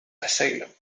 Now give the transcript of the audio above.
asylum